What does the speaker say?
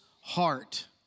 heart